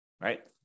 right